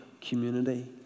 community